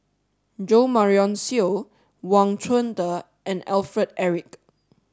Jo Marion Seow Wang Chunde and Alfred Eric